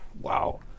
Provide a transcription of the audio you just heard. Wow